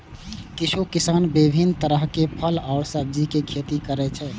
किछु किसान विभिन्न तरहक फल आ सब्जीक खेती करै छै